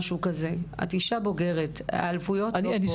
את אישה בוגרת ואין מקום להיעלבויות פה,